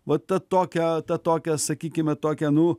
va tą tokią tą tokią sakykime tokią nu